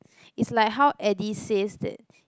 it's like how Eddie says that